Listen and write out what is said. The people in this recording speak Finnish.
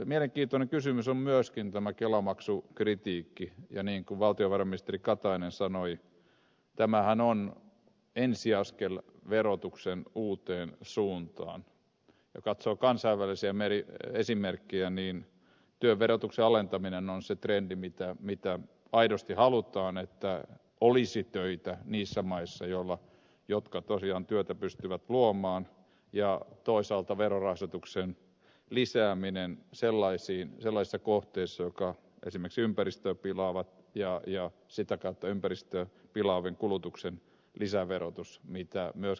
mielenkiintoinen kysymys on myöskin tämä kelamaksukritiikki ja niin kuin valtiovarainministeri katainen sanoi tämähän on ensi askel verotuksen uuteen suuntaan ja jos katsoo kansainvälisiä esimerkkejä niin työn verotuksen alentaminen on se trendi mitä aidosti halutaan jotta olisi töitä niissä maissa jotka tosiaan työtä pystyvät luomaan ja toisaalta verorasituksen lisääminen sellaisissa kohteissa jotka esimerkiksi ympäristöä pilaavat ja sitä kautta ympäristöä pilaavien kulutuksen lisäverotus niin kuin myöskin valtiovarainministeri sanoi